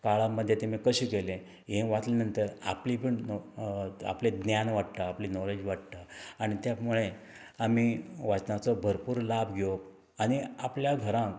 काळा मद्दे तेमी कशें केलें हें वाचले नंतर आपली पण आपलें ज्ञान वाडटा आपली नॉलेज वाडटा आनी त्यामुळे आमी वाचनाचो भरपूर लाभ घेवप आनी आपल्या घरान